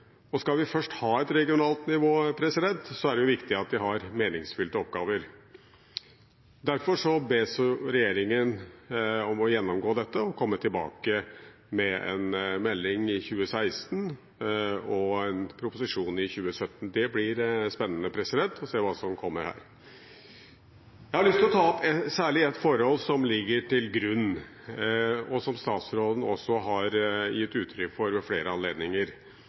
Skal man først ha regionale nivå, er det viktig at de har meningsfylte oppgaver. Derfor bes regjeringen gjennomgå dette og komme tilbake med en melding i 2016 og en proposisjon i 2017. Det blir spennende å se hva som kommer. Jeg har lyst til å ta opp særlig ett forhold som ligger til grunn, som statsråden også har gitt uttrykk for ved flere anledninger,